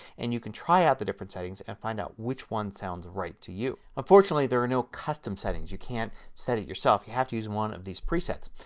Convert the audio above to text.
and you can try out the different settings and find out which one sounds right to you. unfortunately, there are no custom settings. you can't set it yourself. you have to use one of these presets.